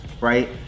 right